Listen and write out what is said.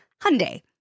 Hyundai